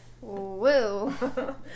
Woo